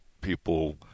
people